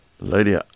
lady